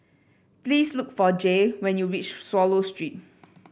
please look for Jaye when you reach Swallow Street